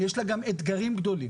יש לה גם אתגרים גדולים.